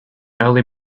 early